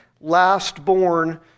last-born